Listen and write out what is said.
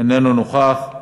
אינו נוכח,